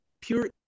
pure